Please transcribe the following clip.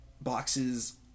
boxes